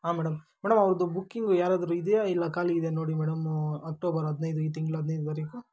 ಆಂ madam madam ಅವರದು booking ಯಾರಾದರೂ ಇದೆಯಾ ಇಲ್ಲಾ ಖಾಲಿ ಇದೆಯಾ ನೋಡಿ ಮೇಡಮ್ಮು ಅಕ್ಟೋಬರ್ ಹದಿನೈದು ಈ ತಿಂಗಳ ಹದಿನೈದು ತಾರೀಕು